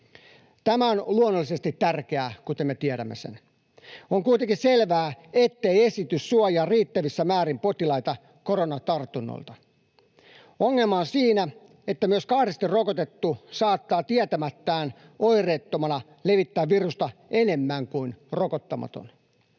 Tämä on luonnollisesti tärkeää, kuten me tiedämme. On kuitenkin selvää, ettei esitys suojaa riittävissä määrin potilaita koronatartunnoilta. Ongelma on siinä, että myös kahdesti rokotettu saattaa tietämättään, oireettomana, levittää virusta enemmän kuin rokottamaton.